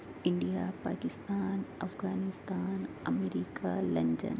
India Pakistan Afghanistan امریکہ London